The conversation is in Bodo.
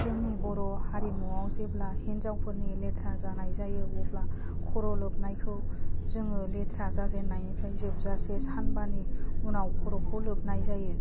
जोंनि बर' हारिमुआव जेब्ला हिन्जावफोरनि लेट्रा जानाय जायो अब्ला खर' लोबनायखौ जोङो लेट्रा जाजेननायनिफ्राय जोबजासे सानबानि उनाव खर'खौ लोबनाय जायो